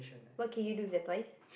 what can you do with the toys